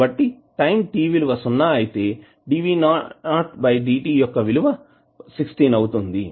కాబట్టి time t విలువ సున్నా అయితే యొక్క విలువ 16 అవుతుంది